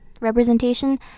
representation